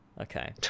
okay